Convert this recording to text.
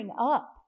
up